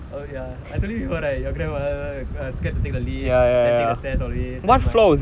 oh ya I told you before right your grandmother scared to take the lift take the stairs always